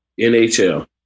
NHL